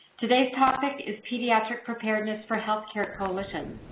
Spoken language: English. today's topic is pediatric preparedness for healthcare coalitions.